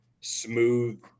smooth